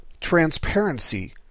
transparency